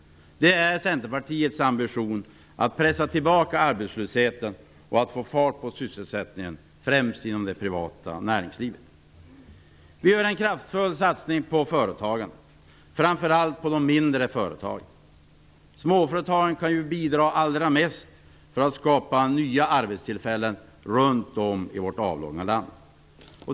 Det är Centerpartiets ambition att pressa tillbaka arbetslösheten och att få fart på sysselsättningen, främst inom det privata näringslivet. Vi gör en kraftfull satsning på företagande, framför allt på de mindre företagen. Småföretagen kan bidra allra mest för att skapa nya arbetstillfällen runt om i vårt avlånga land.